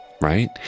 Right